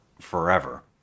forever